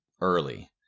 early